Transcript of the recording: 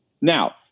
Now